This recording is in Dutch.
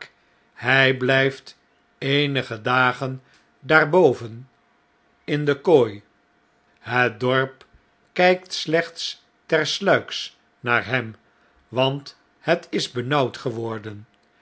hjj blgft eenige dagen naar boven in de jjzeren kooi het dorp kjjkt slechts tersluiks naar hem want het is benauwd geworden